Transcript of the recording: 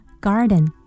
garden